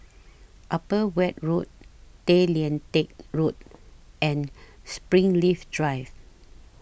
Upper Weld Road Tay Lian Teck Road and Springleaf Drive